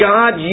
God